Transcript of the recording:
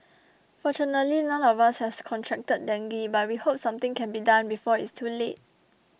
fortunately none of us has contracted dengue but we hope something can be done before it's too late